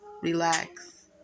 relax